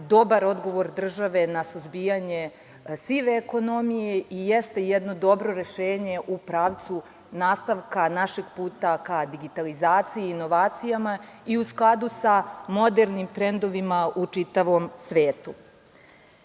dobar odgovor države na suzbijanje sive ekonomije i jeste jedno dobro rešenje u pravcu nastavka našeg puta ka digitalizaciji i inovacijama i u skladu sa modernim trendovima u čitavom svetu. Sa